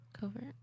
Covert